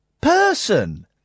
person